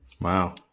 Wow